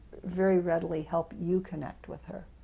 very readily help you connect with her.